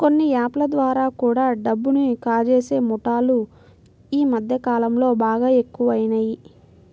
కొన్ని యాప్ ల ద్వారా కూడా డబ్బుని కాజేసే ముఠాలు యీ మద్దె కాలంలో బాగా ఎక్కువయినియ్